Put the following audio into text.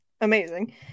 amazing